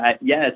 yes